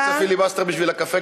אם אתה רוצה פיליבסטר בשביל הקפה,